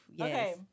Okay